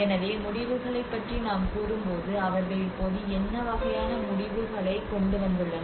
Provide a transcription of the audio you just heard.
எனவே முடிவுகளை பற்றி நாம் கூறும்போது அவர்கள் இப்போது என்ன வகையான முடிவுகளை கொண்டு வந்துள்ளனர்